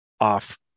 off